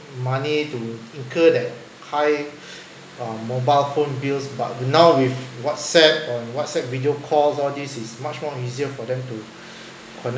money to incur that high uh mobile phone bills but now with whatsapp or whatsapp video call all this is much more easier for them to connect